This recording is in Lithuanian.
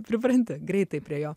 pripranti greitai prie jo